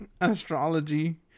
astrology